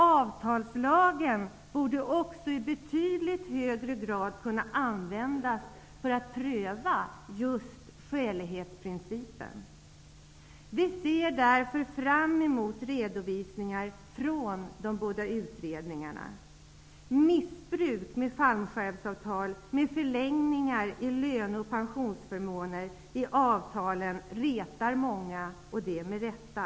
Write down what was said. Avtalslagen borde också i betydligt högre grad kunna användas för att pröva just skälighetsprincipen. Vi ser därför fram emot redovisningar från de båda utredningarna. Missbruk med fallskärmsavtal med förlängningar i löne och pensionsförmåner i avtalen retar med rätta många.